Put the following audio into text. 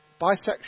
bisexual